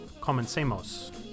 Comencemos